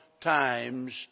times